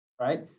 right